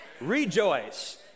Rejoice